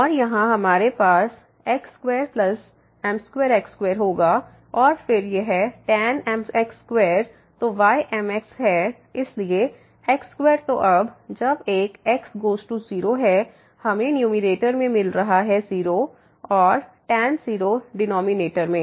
और यहाँ हमारे पास x2m2x2होगा और फिर यह tan mx2 तो y mx है इसलिए x2तो अब जब एक x→ 0 है हमें न्यूमैरेटर में 0 मिल रहा है और tan 0डिनॉमिनेटर में